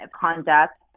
conduct